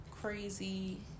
crazy